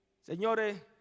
Señores